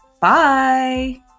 Bye